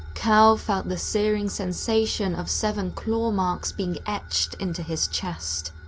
cal felt the searing sensation of seven claw marks being etched into his chest.